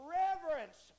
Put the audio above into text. reverence